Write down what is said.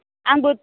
आंबो